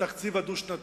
התקציב הדו-שנתי.